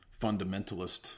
fundamentalist